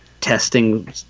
testing